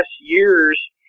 years